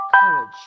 courage